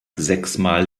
sechsmal